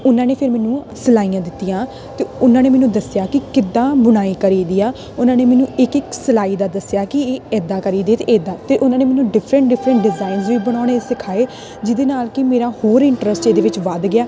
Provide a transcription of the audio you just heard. ਉਹਨਾਂ ਨੇ ਫਿਰ ਮੈਨੂੰ ਸਿਲਾਈਆਂ ਦਿੱਤੀਆਂ ਅਤੇ ਉਹਨਾਂ ਨੇ ਮੈਨੂੰ ਦੱਸਿਆ ਕਿ ਕਿੱਦਾਂ ਬੁਣਾਈ ਕਰੀ ਦੀ ਆ ਉਹਨਾਂ ਨੇ ਮੈਨੂੰ ਇੱਕ ਇੱਕ ਸਿਲਾਈ ਦਾ ਦੱਸਿਆ ਕਿ ਇਹ ਇੱਦਾਂ ਕਰੀ ਦੇ ਅਤੇ ਇੱਦਾਂ ਅਤੇ ਉਹਨਾਂ ਨੇ ਮੈਨੂੰ ਡਿਫਰੈਂਟ ਡਿਫਰੈਂਟ ਡਿਜ਼ਾਈਨਜ਼ ਵੀ ਬਣਾਉਣੇ ਸਿਖਾਏ ਜਿਹਦੇ ਨਾਲ ਕਿ ਮੇਰਾ ਹੋਰ ਇੰਟਰੱਸਟ ਇਹਦੇ ਵਿੱਚ ਵੱਧ ਗਿਆ